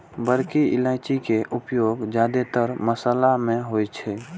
बड़की इलायची के उपयोग जादेतर मशाला मे होइ छै